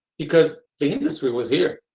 because the industry was here.